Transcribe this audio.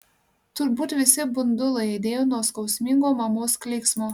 turbūt visi bundulai aidėjo nuo skausmingo mamos klyksmo